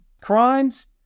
crimes